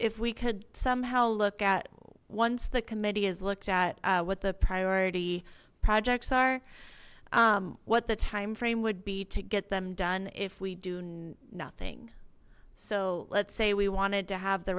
if we could somehow look at once the committee has looked at what the priority projects are what the timeframe would be to get them done if we do nothing so let's say we wanted to have the